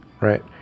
right